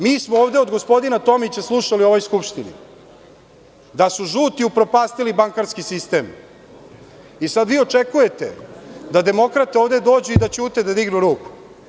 Mi smo ovde od gospodina Tomića slušali da su žuti upropastili bankarski sistem i sada vi očekujete da demokrate dođu i ćute i da dignu ruku.